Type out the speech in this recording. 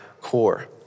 core